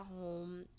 home